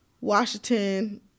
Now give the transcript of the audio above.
Washington